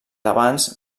abans